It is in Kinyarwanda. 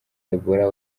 ebola